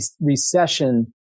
recession